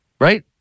Right